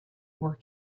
were